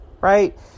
right